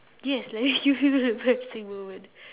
yes when was your embarrasing moment